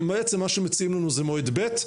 בעצם מה שמציעים לנו זה מועד ב',